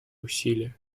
усилия